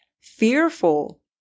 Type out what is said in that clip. fearful